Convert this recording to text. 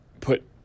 Put